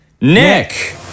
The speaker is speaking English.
Nick